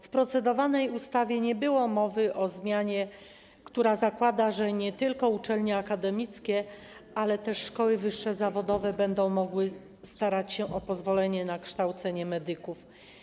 W procedowanej ustawie nie było mowy o zmianie, która zakłada, że nie tylko uczelnie akademickie, ale też wyższe szkoły zawodowe będą mogły starać się o pozwolenie na kształcenie medyków.